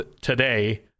today